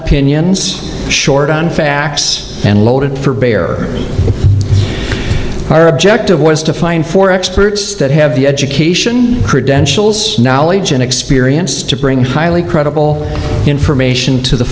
opinions short on facts and loaded for bear our objective was to find for experts that have the at education credentials knowledge and experience to bring highly credible information to the